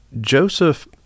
Joseph